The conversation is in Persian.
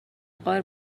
غار